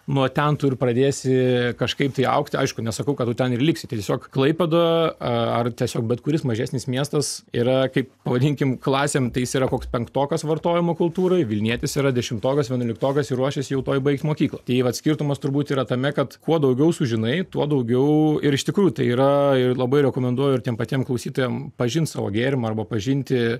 nuo ten tu ir pradėsi kažkaip tai augti aišku nesakau kad tu ten ir liksi tiesiog klaipėda ar tiesiog bet kuris mažesnis miestas yra kaip pavadinkim klasėm tai jis yra koks penktokas vartojimo kultūroj vilnietis yra dešimtokas vienuoliktokas ir ruošias jau tuoj baigt mokyklą tai vat skirtumas turbūt yra tame kad kuo daugiau sužinai tuo daugiau ir iš tikrųjų tai yra ir labai rekomenduoju ir tiem patiem klausytojam pažint savo gėrimą arba pažinti